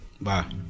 Bye